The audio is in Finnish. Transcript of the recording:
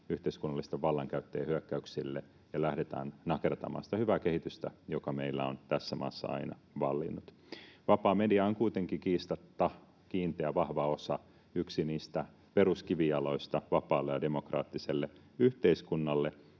yhteiskunnallisten vallankäyttäjien hyökkäyksille ja lähdetään nakertamaan sitä hyvää kehitystä, joka meillä on tässä maassa aina vallinnut. Vapaa media on kuitenkin kiistatta kiinteä, vahva osa, yksi niistä peruskivijaloista vapaalle ja demokraattiselle yhteiskunnalle.